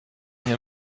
hier